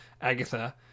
Agatha